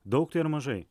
daug tai ar mažai